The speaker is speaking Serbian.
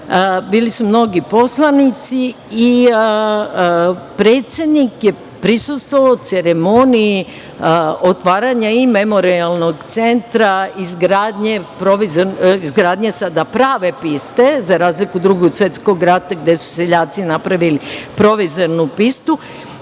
i mnogi drugi poslanici i predsednik je prisustvovao ceremoniji otvaranja Memorijalnog centra, izgradnje sada prave piste za razliku od Drugog svetskog rata gde su seljaci napravili provizornu